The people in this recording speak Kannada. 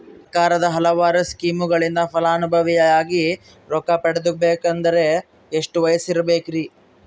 ಸರ್ಕಾರದ ಹಲವಾರು ಸ್ಕೇಮುಗಳಿಂದ ಫಲಾನುಭವಿಯಾಗಿ ರೊಕ್ಕ ಪಡಕೊಬೇಕಂದರೆ ಎಷ್ಟು ವಯಸ್ಸಿರಬೇಕ್ರಿ?